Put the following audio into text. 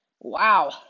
Wow